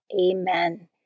Amen